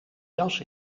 jas